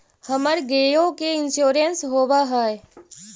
हमर गेयो के इंश्योरेंस होव है?